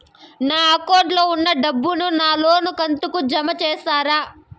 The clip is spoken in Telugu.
నా అకౌంట్ లో ఉన్న డబ్బును నా లోను కంతు కు జామ చేస్తారా?